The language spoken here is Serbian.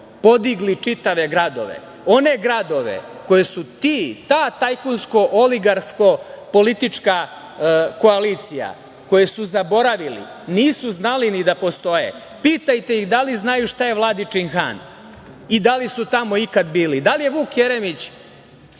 podigli čitave gradove, one gradove koje su ta tajkunsko-oligarsko politička koalicija zaboravili. Nisu znali ni da postoje. Pitajte ih da li znaju šta je Vladičin Han i da li su tamo ikada bili i da li je Vuk Jeremić,